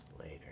later